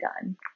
done